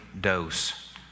dose